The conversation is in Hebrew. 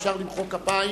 אפשר למחוא כפיים.